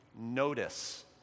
notice